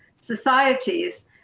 societies